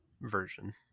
version